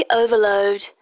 overload